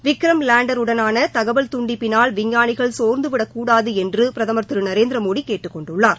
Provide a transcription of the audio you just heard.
விக்ரம் லேண்டர்வுடனான தகவல் துண்டிப்பினால் விஞ்ஞானிகள் சோர்ந்துவிடக்கூடாது என்று பிரதம் திரு நரேந்திரமோடி கேட்டுக் கொண்டுள்ளார்